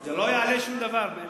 זה יעלה יפה מאוד.